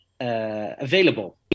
available